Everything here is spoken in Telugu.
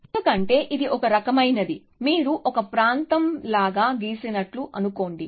ఎందుకంటే ఇది ఒక రకమైనది మీరు ఒక ప్రాంతం లాగా గీస్తున్నట్లు అనుకోండి